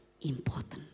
important